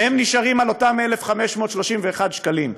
והם נשארים על אותם 1,531 שקלים.